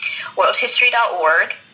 WorldHistory.org